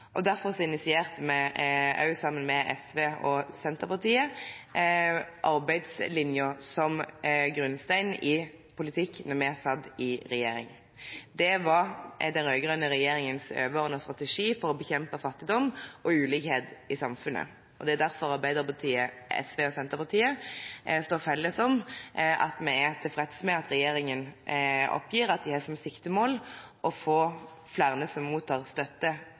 og derfor initierte vi, sammen med SV og Senterpartiet, arbeidslinjen som grunnstein i politikken da vi satt i regjering. Det var den rød-grønne regjeringens overordnede strategi for å bekjempe fattigdom og ulikhet i samfunnet. Det er derfor Arbeiderpartiet, SV og Senterpartiet står felles om at vi er tilfreds med at regjeringen oppgir at de har som siktemål å få flere som mottar støtte